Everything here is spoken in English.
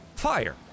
fire